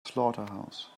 slaughterhouse